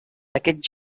aquest